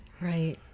right